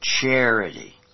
charity